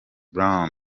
brown